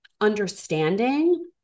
understanding